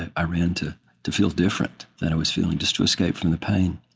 i ran to to feel different than i was feeling, just to escape from the pain